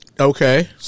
Okay